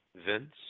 Vince